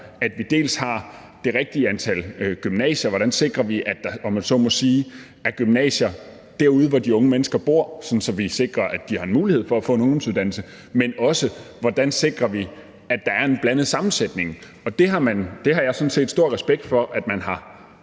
at vi dels har det rigtige antal gymnasier – altså hvordan vi sikrer, at der, om man så må sige, er gymnasier derude, hvor de unge mennesker bor, sådan at de har en mulighed for en ungdomsuddannelse – og at der dels er en blandet sammensætning? Det har jeg sådan set stor respekt for man har